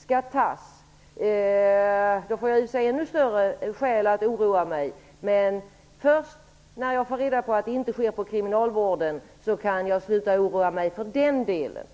skall tas. Då får jag i och för sig ännu större skäl att oroa mig. Men först när jag får reda på att det inte skall tas från kriminalvården kan jag sluta oroa mig för den delen.